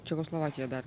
čekoslovakija dar